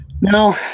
Now